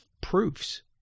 proofs